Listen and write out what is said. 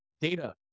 data